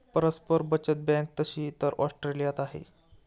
परस्पर बचत बँक तशी तर ऑस्ट्रेलियात आहे